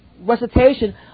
recitation